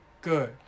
Good